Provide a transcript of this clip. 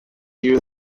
you